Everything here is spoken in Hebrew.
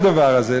הזה.